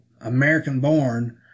American-born